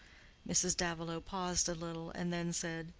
mrs. davilow paused a little, and then said,